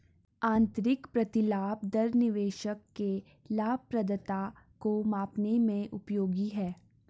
आंतरिक प्रतिलाभ दर निवेशक के लाभप्रदता को मापने में उपयोगी है